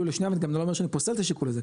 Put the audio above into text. לשנייה וזה גם לא אומר שאני פוסל את השיקול הזה ,